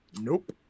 Nope